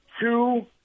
two